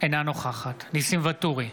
אינה נוכחת ניסים ואטורי,